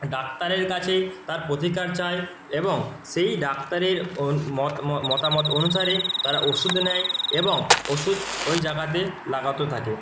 ডাক্তারের কাছে তার প্রতিকার চায় এবং সেই ডাক্তারের মতামত অনুসারে তারা ওষুধ নেয় এবং ওষুধ ওই জায়গাতে লাগাতে থাকে